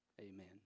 Amen